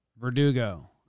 Verdugo